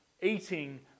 eating